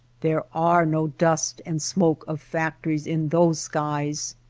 there are no dust and smoke of factories in those skies.